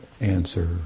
answer